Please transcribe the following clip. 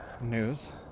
news